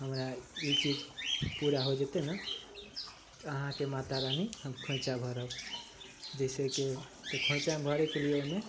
हमरा ई चीज पूरा भऽ जेतै ने तऽ अहाँके माता रानी हम खोँइछा भरब जइसेकि तऽ खोँइछा भरैके लिए ओहिमे